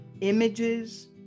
images